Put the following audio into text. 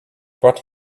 brought